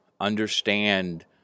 Understand